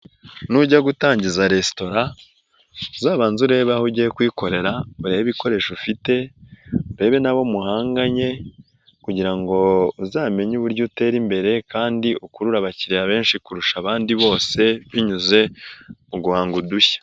Nujya gutangiza resitora uzabanze urebe aho ugiye kuyikorera, urebe ibikoresho ufite, urebe n'abo muhanganye kugira ngo uzamenye uburyo utera imbere kandi ukurure abakiriya benshi kurusha abandi bose binyuze mu guhanga udushya.